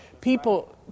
People